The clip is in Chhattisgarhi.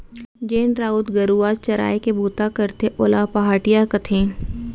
जेन राउत गरूवा चराय के बूता करथे ओला पहाटिया कथें